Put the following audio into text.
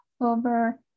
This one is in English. over